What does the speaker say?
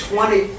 Twenty